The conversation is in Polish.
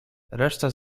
resztę